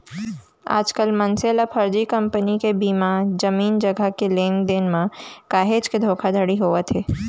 आजकल मनसे ल फरजी कंपनी के बीमा, जमीन जघा के लेन देन म काहेच के धोखाघड़ी होवत हे